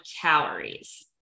calories